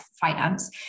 finance